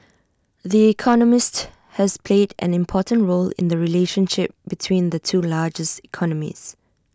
the economist has played an important role in the relationship between the two largest economies